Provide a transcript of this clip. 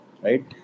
right